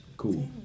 Cool